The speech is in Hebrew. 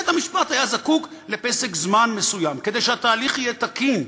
בית-המשפט היה זקוק לפסק זמן מסוים כדי שהתהליך יהיה תקין,